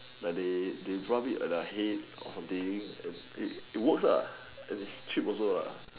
like they they rub it at their head or something and and it works and it's cheap also